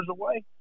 away